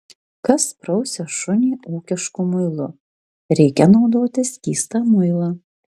kas prausia šunį ūkišku muilu reikia naudoti skystą muilą